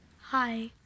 Hi